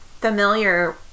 familiar